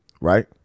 right